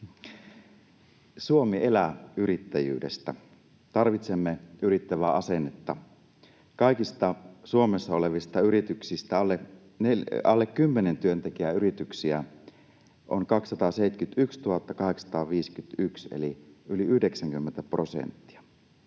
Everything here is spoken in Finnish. Suomi elää yrittäjyydestä, tarvitsemme yrittävää asennetta. Kaikista Suomessa olevista yrityksistä alle 10 työntekijän yrityksiä on 271 851 eli yli 90 prosenttia.